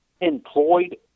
employed